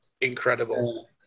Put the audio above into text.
incredible